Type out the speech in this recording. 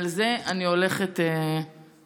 על זה אני הולכת להילחם.